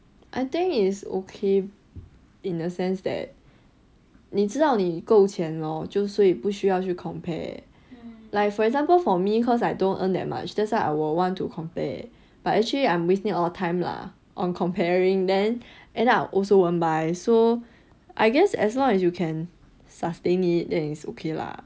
I think it's okay in a sense that 你知道你够钱咯不需要去 compare like for example for me cause I don't earn that much that's why I will want to compare but actually I'm wasting a lot of time lah on comparing then end up also won't buy so I guess as long as you can sustain it then it is okay lah